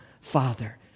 Father